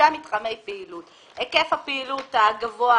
היקף הפעילות הגבוה